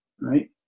right